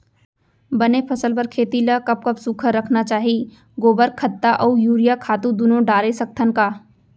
बने फसल बर खेती ल कब कब सूखा रखना चाही, गोबर खत्ता और यूरिया खातू दूनो डारे सकथन का?